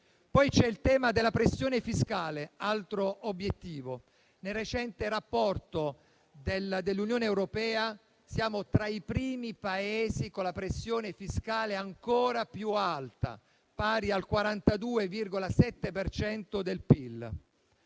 poi il tema della pressione fiscale, altro obiettivo. Nel recente rapporto dell'Unione europea, il nostro è tra i primi Paesi con la pressione fiscale ancora più alta, pari al 42,7 per